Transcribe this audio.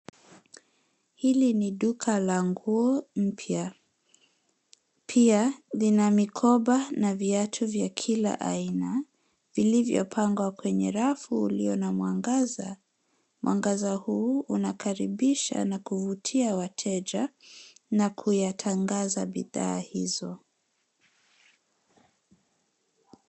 Hili ni duka la nguo mpya. Pia lina mikoba na viatu vya kila aina, vilivyopangwa kwenye rafu ulio na mwangaza. Mwangaza huu unakaribisha na kuvutia wateja na kuyatangaza bidhaa hizo.